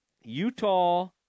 Utah